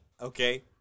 Okay